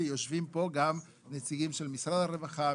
ויושבים פה גם נציגים משרד הרווחה,